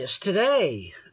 today